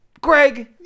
Greg